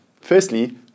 Firstly